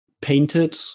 painted